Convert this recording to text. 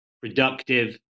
productive